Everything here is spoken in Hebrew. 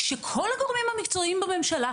כשכל הגורמים המקצועיים בממשלה,